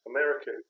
America